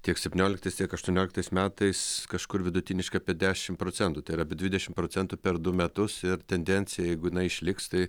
tiek septynioliktais tiek aštuonioliktais metais kažkur vidutiniškai apie dešim procentų tai yra apie dvidešim procentų per du metus ir tendencija jeigu jinai išliks tai